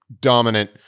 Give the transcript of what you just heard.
dominant